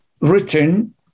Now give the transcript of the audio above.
written